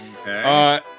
Okay